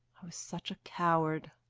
i was such a coward.